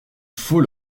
faut